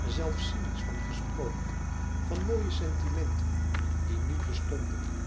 zelfs cynisch van gesproken van mooie sentimenten die niet bestonden